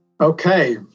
Okay